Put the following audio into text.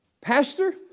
pastor